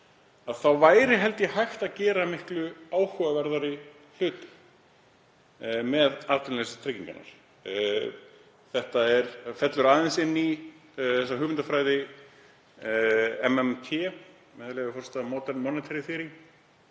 væri, held ég, hægt að gera miklu áhugaverðari hluti með atvinnuleysistryggingarnar. Þetta fellur aðeins inn í hugmyndafræði MMT, með leyfi forseta, modern monetary theory,